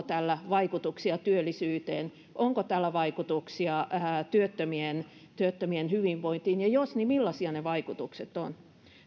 tällä vaikutuksia työllisyyteen onko tällä vaikutuksia työttömien työttömien hyvinvointiin ja jos on niin millaisia ne vaikutukset ovat